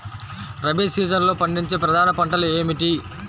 రబీ సీజన్లో పండించే ప్రధాన పంటలు ఏమిటీ?